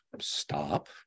stop